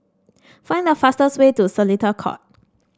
find the fastest way to Seletar Court